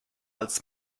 als